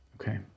Okay